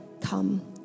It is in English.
Come